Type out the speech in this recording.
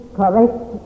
correct